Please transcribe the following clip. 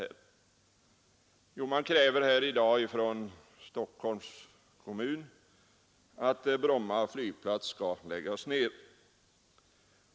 Jo, i dag kräver man från Stockholms kommun att Bromma flygplats skall läggas ned.